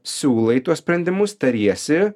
siūlai tuos sprendimus tariesi